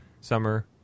summer